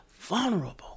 vulnerable